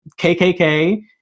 KKK